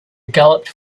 galloped